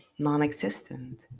Non-existent